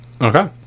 Okay